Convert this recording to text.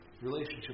relationship